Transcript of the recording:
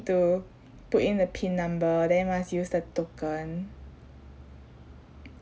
to put in a pin number then must use the token